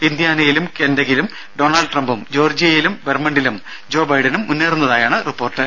ഇന്ത്യാനയിലും കെൻഡകിലും ഡൊണാൾഡ് ട്രംപും ജോർജ്ജിയയിലും വെർമ്മണ്ടിലും ജോ ബൈഡനും മുന്നേറുന്നതായാണ് റിപ്പോർട്ട്